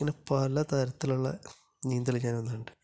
ഇങ്ങനെ പല തരത്തിലുള്ള നീന്തല് ഞാൻ അന്നു കണ്ടു